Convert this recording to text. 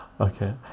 Okay